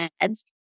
ads